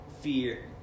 fear